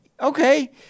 okay